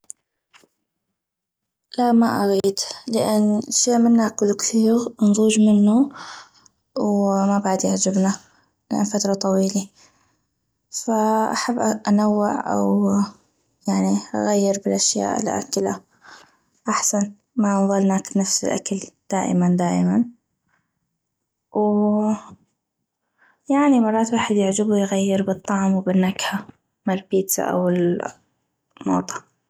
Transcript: لا ما اغيد لان الشي من ناكلو كثيغ نضوج منو وما بعد يعجبنا لان فترة طويلي فاحب انوع او يعني اغير بالاشياء الاكلا احسن من نظل ناكل نفس الاكل دائما دائما ويعني مرات ويحد يعجبو يغير بالطعم وبالنكهة مال بيتزا او الموطة